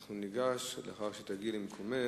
אנחנו ניגש להצבעה לאחר שתגיעי למקומך.